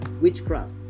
witchcraft